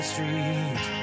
street